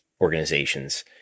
organizations